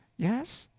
yes?